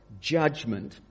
judgment